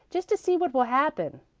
just to see what will happen.